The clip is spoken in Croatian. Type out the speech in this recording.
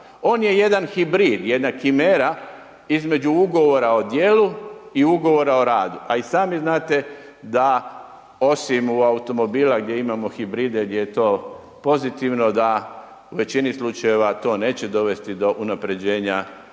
On je jedan hibrid, jedna himera između ugovora o djelu i ugovora o radu a i sami znate da osim u automobila gdje imamo hibride gdje je to pozitivno da u većini slučajeva to neće dovesti do unaprjeđenja situacije